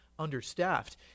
understaffed